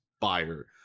buyer